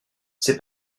ses